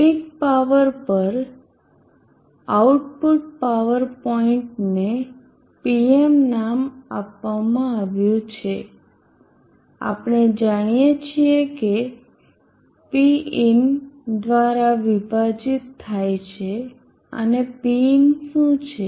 peak power પર output power પોઈન્ટને Pm નામ આપવામાં આવ્યું છે આપણે જાણીએ છીએ કે Pin દ્વારા વિભાજીત થાય છે અને Pin શું છે